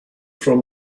from